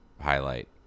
highlight